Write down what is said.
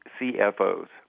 CFOs